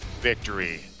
victory